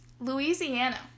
Louisiana